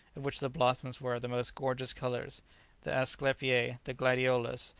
of which the blossoms were of the most gorgeous colours the asclepiae, the gladiolus,